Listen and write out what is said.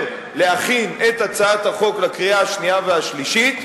להכין את הצעת החוק לקריאה השנייה והשלישית,